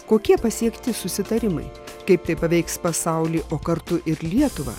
kokie pasiekti susitarimai kaip tai paveiks pasaulį o kartu ir lietuvą